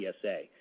PSA